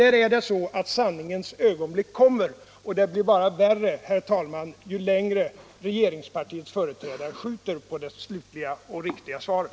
Men sanningens ögonblick kommer och det blir bara värre, herr talman, ju längre regeringspartiets företrädare skjuter på det slutliga och riktiga svaret.